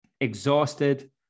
exhausted